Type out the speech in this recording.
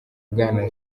bwana